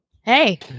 Hey